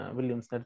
Williams